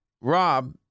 Rob